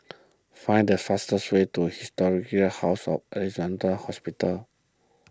find the fastest way to Historic House of Alexandra Hospital